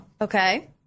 Okay